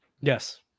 Yes